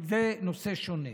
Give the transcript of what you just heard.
זה נושא שונה.